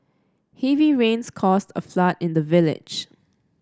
heavy rains caused a flood in the village